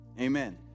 Amen